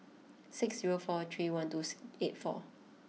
six zero four three one two six eight four